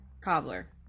cobbler